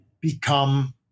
become